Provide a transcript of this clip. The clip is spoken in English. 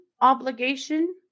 obligation